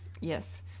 yes